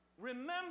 Remember